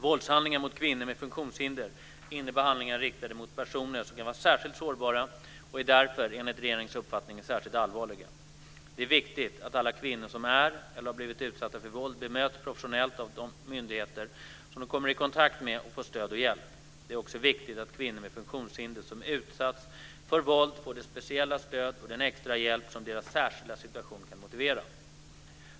Våldshandlingar mot kvinnor med funktionshinder innebär handlingar riktade mot personer som kan vara särskilt sårbara och är därför, enligt regeringens uppfattning, särskilt allvarliga. Det är viktigt att alla kvinnor som är eller har blivit utsatta för våld bemöts professionellt av de myndigheter som de kommer i kontakt med och får stöd och hjälp. Det är också viktigt att kvinnor med funktionshinder som utsatts för våld får det speciella stöd och den extra hjälp som deras särskilda situation kan motivera.